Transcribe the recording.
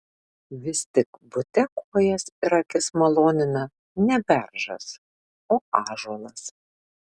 vis tik bute kojas ir akis malonina ne beržas o ąžuolas